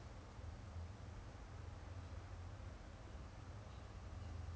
这个 lobang like I I found it on 那天 because Sung Mi was finding job